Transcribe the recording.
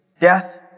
death